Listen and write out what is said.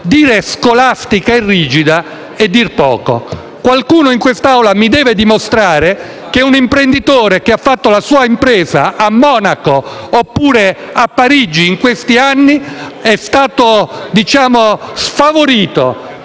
definire scolastica e rigida è dir poco. Qualcuno in quest'Aula mi deve dimostrare che un imprenditore che ha gestito la sua impresa a Monaco oppure a Parigi in questi anni è stato sfavorito